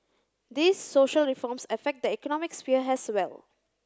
these social reforms affect the economic sphere as well